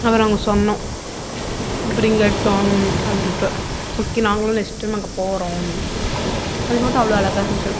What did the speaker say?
அப்புறம் சொன்னோம் இப்படி இங்கே எடுத்தோம் அப்படின் சொல்லிட்டு ஓகே நாங்களும் நெக்ஸ்ட் டைம் அங்கே போகிறோம் அதுமட்டும் அவ்வளோ அழகா இருந்துச்சு